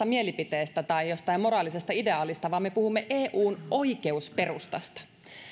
mielipiteistä tai jostain moraalisesta ideaalista vaan me puhumme eun oikeusperustasta